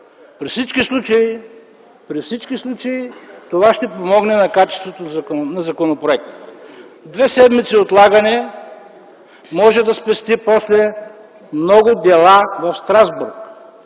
Във всички случаи това ще помогне за качеството на законопроекта. Две седмици отлагане и после може да спестим много дела в Страсбург.